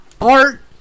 Art